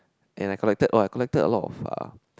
and I collected oh I collected a lot of uh